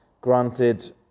granted